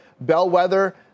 bellwether